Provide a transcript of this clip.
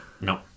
no